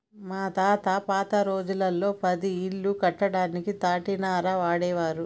మా తాత పాత రోజుల్లో పది ఇల్లు కట్టడానికి తాటినార వాడేవారు